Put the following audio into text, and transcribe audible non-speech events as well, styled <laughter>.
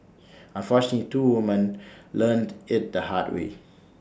<noise> unfortunately two woman learnt IT the hard way